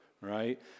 Right